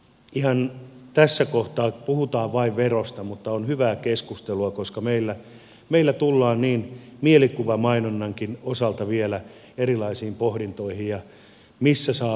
ihan tässä kohtaa puhutaan vain verosta mutta on hyvää keskustelua koska meillä tullaan mielikuvamainonnankin osalta vielä erilaisiin pohdintoihin missä saa mainostaa missä ei